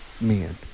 men